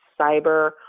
cyber